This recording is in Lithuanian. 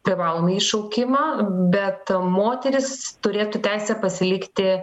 privalomąjį šaukimą bet moterys turėtų teisę pasilikti